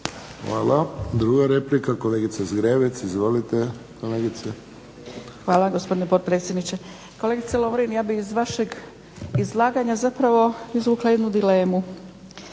Hvala. Druga replika, kolegica Zgrebec. Izvolite. **Zgrebec, Dragica (SDP)** Hvala gospodine potpredsjedniče. Kolegice Lovrin ja bi iz vašeg izlaganja zapravo izvukla jednu dilemu.